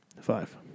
Five